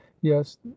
yes